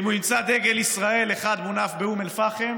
אם הוא ימצא דגל ישראל אחד מונף באום אל-פחם